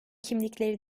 kimlikleri